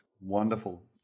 Wonderful